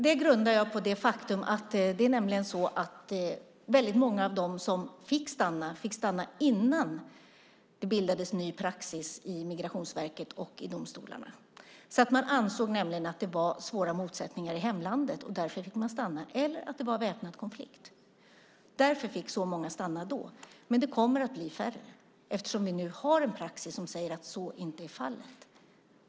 Det grundar jag på det faktum att väldigt många av dem som fick stanna fick stanna innan det bildades ny praxis i Migrationsverket och i domstolarna. Om det ansågs vara svåra motsättningar eller väpnad konflikt i hemlandet fick man stanna. Därför fick så många stanna då. Men nu kommer det att bli färre eftersom vi nu har en praxis som säger att så inte är fallet.